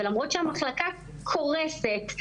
ולמרות שהמחלקה קורסת,